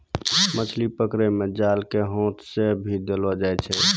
मछली पकड़ै मे जाल के हाथ से भी देलो जाय छै